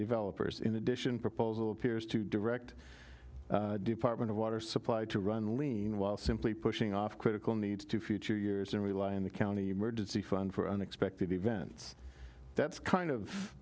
developers in addition proposal appears to direct department of water supply to run lean while simply pushing off critical needs to future years and rely on the county emergency fund for unexpected events that's kind of